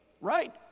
Right